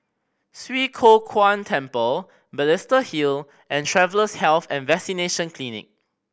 Swee Kow Kuan Temple Balestier Hill and Travellers' Health and Vaccination Clinic